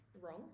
wrong